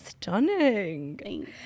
Stunning